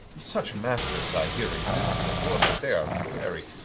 such masters i hear exist in the world, but they are very,